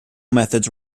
methods